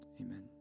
Amen